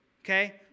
Okay